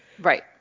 Right